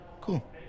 Cool